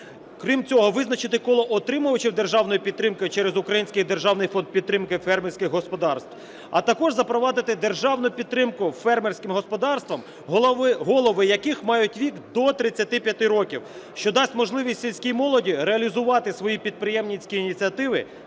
крім цього, визначити коло отримувачів державної підтримки через Український державний фонд підтримки фермерських господарств, а також запровадити державну підтримку фермерським господарствам, голови яких мають вік до 35 років, що дасть можливість сільській молоді реалізувати свої підприємницькі ініціатив